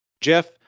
Jeff